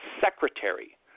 secretary